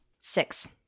Six